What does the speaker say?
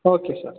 okay sir